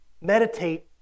meditate